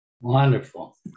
Wonderful